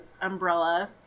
umbrella